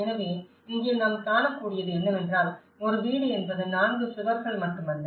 எனவே இங்கே நாம் காணக்கூடியது என்னவென்றால் ஒரு வீடு என்பது நான்கு சுவர்கள் மட்டுமல்ல